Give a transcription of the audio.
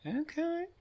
Okay